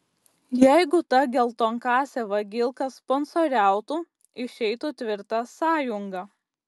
jeigu ta geltonkasė vagilka sponsoriautų išeitų tvirta sąjunga